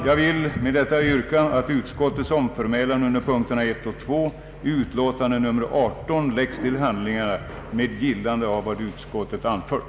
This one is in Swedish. Jag vill med detta yrka, att utskottets omförmälan läggs till handlingarna med gillande av vad utskottet anfört.